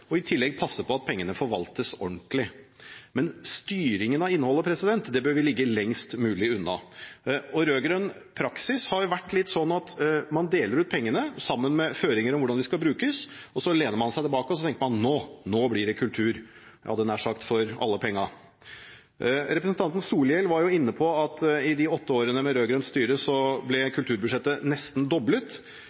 og i tillegg passe på at pengene forvaltes ordentlig. Men styringen av innholdet bør vi ligge lengst mulig unna. Rød-grønn praksis har jo vært slik at man har delt ut pengene, sammen med føringer for hvordan de skal brukes. Så har man lent seg tilbake og tenkt: Nå blir det kultur – jeg hadde nær sagt for alle penga. Representanten Solhjell var inne på at i de åtte årene med rød-grønt styre, ble kulturbudsjettet nesten doblet. Ja, det er vel ikke så veldig rart. Statsbudsjettet ble jo nesten doblet